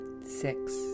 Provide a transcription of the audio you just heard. six